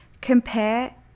compare